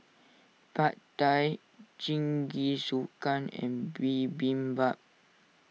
Pad Thai Jingisukan and Bibimbap